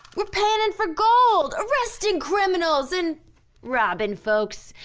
we're pannin' for gold, arresting criminals and robbin' folks.